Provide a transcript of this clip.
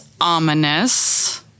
ominous